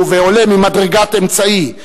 עולה ממדרגת אמצעי,